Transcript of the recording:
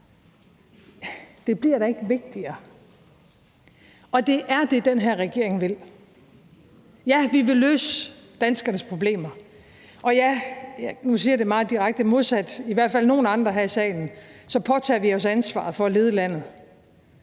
det bliver da ikke vigtigere. Og det er det, den her regering vil. Kl. 00:03 Ja, vi vil løse danskernes problemer, og ja – nu siger jeg det meget direkte modsat i hvert fald nogle andre her i salen – vi påtager os ansvaret for at lede landet